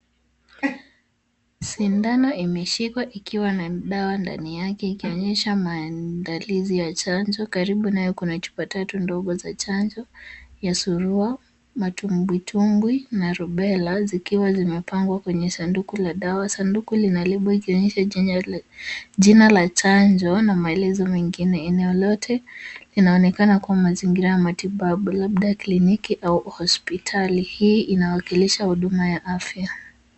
Sindano imeshikwa ikiwa na dawa ndani yake ikionyesha maandalizi ya chanjo. Karibu nayo kuna chupa tatu ndogo za chanjo ya surua, matumbwitumbwi na rubela, zikiwa zimepangwa kwenye sanduku la dawa. Sanduku lina lebo ikionyesha jina la chanjo na maelezo mengine. Eneo lote linaonekana kuwa mazingira ya matibabu labda kliniki au hospitali. Hii inawakilisha huduma ya afya.